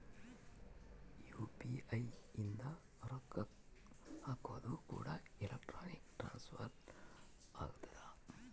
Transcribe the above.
UPI ಇಂದ ರೊಕ್ಕ ಹಕೋದು ಕೂಡ ಎಲೆಕ್ಟ್ರಾನಿಕ್ ಟ್ರಾನ್ಸ್ಫರ್ ಆಗ್ತದ